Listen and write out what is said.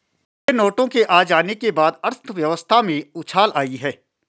नए नोटों के आ जाने के बाद अर्थव्यवस्था में उछाल आयी है